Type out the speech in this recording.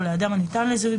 או לאדם הניתן לזיהוי,